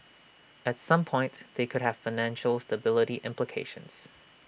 at some point they could have financial stability implications